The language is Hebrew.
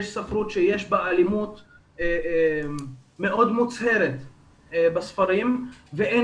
יש ספרות שיש בה אלימות מאוד מוצהרת בספרים ואין